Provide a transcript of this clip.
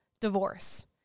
divorce